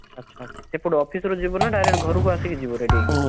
ଆଚ୍ଛା ସେପଟୁ ଅଫିସ୍ ରୁ ଯିବୁ ନା ଡାଇରେକ୍ଟ ଘରୁକୁ ଆସିକି ଯିବୁ ରେଡ଼ି ହେଇକି